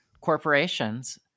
corporations